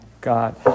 God